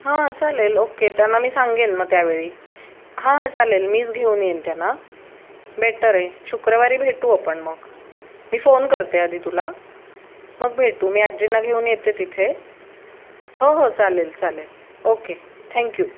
हां चालेल ओके त्यांना मी सांगेन मग त्यावेळी हां हां चालेल मीच घेऊन येईन त्यांना बेटर आहे शुक्रवारी भेटू आपण मग मी फोन करते आधी तुला मग भेटू मी आजींना घेऊन येते तिथे हो हो चालेल चालेल ओके थँक्यू